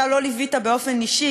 אתה לא ליווית באופן אישי,